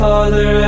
Father